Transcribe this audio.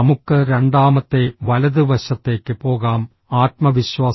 നമുക്ക് രണ്ടാമത്തെ വലതുവശത്തേക്ക് പോകാം ആത്മവിശ്വാസം